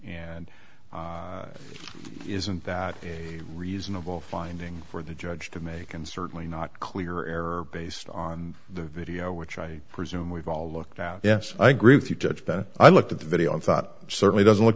and isn't that a reasonable finding for the judge to make and certainly not clear error based on the video which i presume we've all looked out yes i agree with you judge that i looked at the video and thought certainly doesn't look